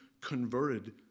converted